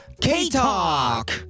K-Talk